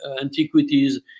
antiquities